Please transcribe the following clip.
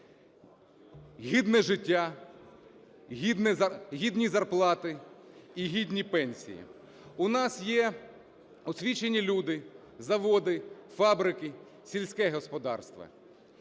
гідне життя, гідні зарплати і гідні пенсії. У нас є освічені люди, заводи, фабрики, сільське господарство.